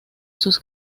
sus